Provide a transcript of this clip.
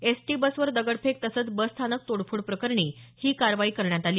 ST बसवर दगडफेक तसंच बसस्थानक तोडफोड प्रकरणी ही कारवाई करण्यात आली